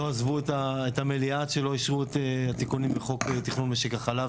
עזבו את המליאה עד שלא אישרו את התיקונים בחוק תכנון משק החלב,